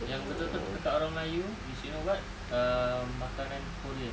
yang betul-betul tekak orang melayu is you know what um makanan korea